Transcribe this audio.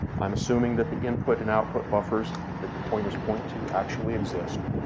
i'm assuming that the input and output buffers that your pointers point to, actually exist.